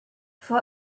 for